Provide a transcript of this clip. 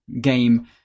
game